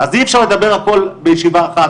אז אי אפשר לדבר הכל בישיבה אחת,